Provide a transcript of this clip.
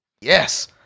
Yes